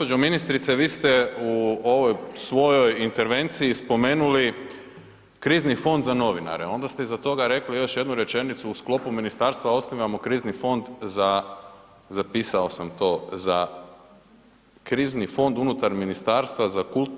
Gđo. ministrice, vi ste u ovoj svojoj intervenciji spomenuli krizni fond za novinare, onda ste iza toga rekli još jednu rečenicu u sklopu ministarstva osnivamo krizni fond za, zapisao sam to, za krizni fondu unutar Ministarstva